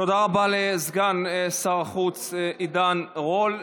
תודה רבה לסגן שר החוץ עידן רול.